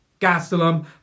Gastelum